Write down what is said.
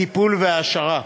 הטיפול וההעשרה.